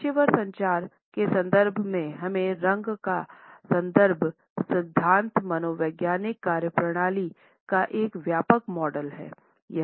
पेशेवर संचार के संदर्भ में हमें रंग का संदर्भ सिद्धांत मनोवैज्ञानिक कार्यप्रणाली का एक व्यापक मॉडल है